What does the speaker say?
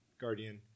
guardian